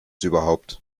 überhaupt